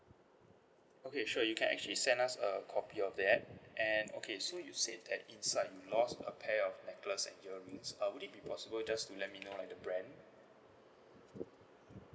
okay sure you can actually send us a copy of that and okay so you said that inside you lost a pair of necklace and jewellery uh would it be possible just to let me know like the brand